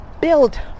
build